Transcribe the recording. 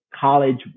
college